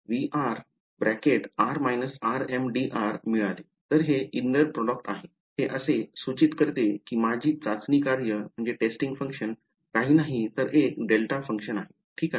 तर हे inner product आहे ते असे सूचित करते की माझी चाचणी कार्य काही नाही तर एक डेल्टा फंक्शन आहे ठीक